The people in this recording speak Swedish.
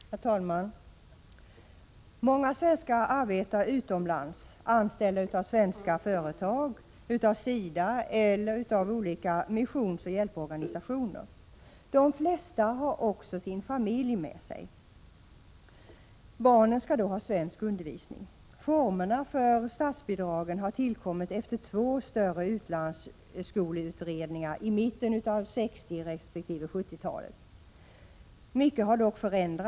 Herr talman! Många svenskar arbetar utomlands, anställda av svenska företag, SIDA eller olika missionsoch hjälporganisationer. De flesta har också sin familj med sig. Barnen skall då ha svensk undervisning. Formerna för statsbidragen har tillkommit efter två större utlandsskoleut redningar i mitten av 1960 resp. 1970-talet. Mycket har dock förändrats, och — Prot.